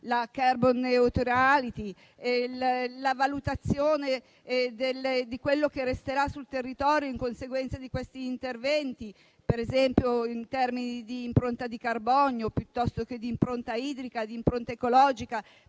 la *carbon neutrality*, la valutazione di quello che resterà sul territorio in conseguenza di questi interventi (per esempio in termini di impronta di carbonio, idrica o ecologica).